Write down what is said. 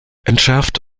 entschärft